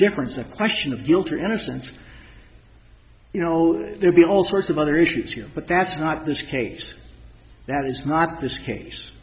difference the question of guilt or innocence you know there be all sorts of other issues here but that's not this case that is not this case